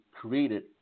created